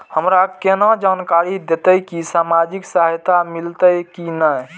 हमरा केना जानकारी देते की सामाजिक सहायता मिलते की ने?